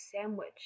sandwich